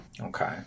Okay